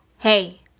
Hey